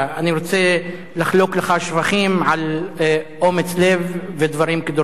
אני רוצה לחלוק לך שבחים על אומץ לב ודברים כדרבונות,